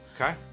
Okay